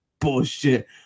bullshit